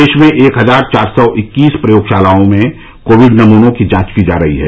देश में एक हजार चार सौ इक्कीस प्रयोगशालाओं में कोविड नमूनों की जांच की जा रही है